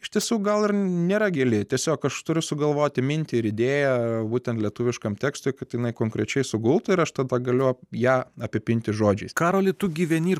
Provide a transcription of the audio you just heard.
iš tiesų gal nėra gili tiesiog aš turiu sugalvoti mintį ir idėją būtent lietuviškam tekstui kad jinai konkrečiai sugultų ir aš pagaliau ją apipinti žodžiais karoli tu gyveni